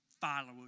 followers